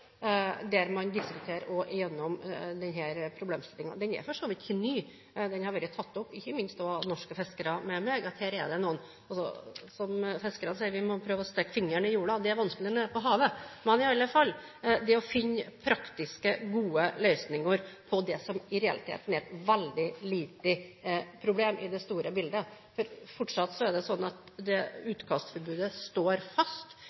der man vil diskutere seg gjennom denne problemstillingen. Den er for så vidt ikke ny. Den har vært tatt opp, ikke minst av norske fiskere, med meg. Og som fiskerne sier: Vi må prøve å stikke fingeren i jorden – det er vanskelig når en er på havet! – og i alle fall finne praktiske, gode løsninger på det som i realiteten er et veldig lite problem i det store bildet. Fortsatt er det sånn at utkastforbudet står fast.